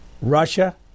Russia